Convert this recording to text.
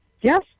Yes